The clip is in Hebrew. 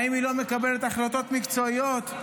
האם היא לא מקבלת החלטות מקצועיות?